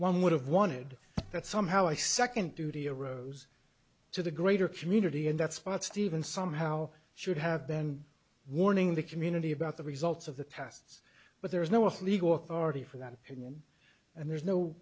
one would have wanted that somehow i second duty arose to the greater community in that spot stephen somehow should have been warning the community about the results of the past but there is no us legal authority for that opinion and there's no